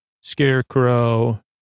Scarecrow